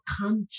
conscious